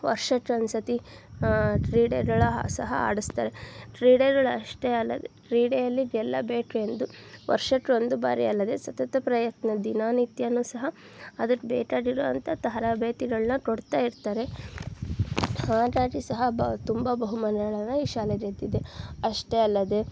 ವರ್ಷಕ್ಕೊಂದು ಸರ್ತಿ ಕ್ರೀಡೆಗಳ ಸಹ ಆಡಿಸ್ತಾರೆ ಕ್ರೀಡೆಗಳಷ್ಟೇ ಅಲ್ಲದೆ ಕ್ರೀಡೆಯಲ್ಲಿ ಗೆಲ್ಲಬೇಕು ಎಂದು ವರ್ಷಕ್ಕೆ ಒಂದು ಬಾರಿ ಅಲ್ಲದೆ ಸತತ ಪ್ರಯತ್ನ ದಿನನಿತ್ಯನೂ ಸಹ ಅದಕ್ಕೆ ಬೇಕಾಗಿರುವಂಥ ತರಬೇತಿಗಳನ್ನ ಕೊಡ್ತಾ ಇರ್ತಾರೆ ಹಾಗಾಗಿ ಸಹ ಬ ತುಂಬ ಬಹುಮಾನಗಳನ್ನು ಈ ಶಾಲೆ ಗೆದ್ದಿದೆ ಅಷ್ಟೇ ಅಲ್ಲದೆ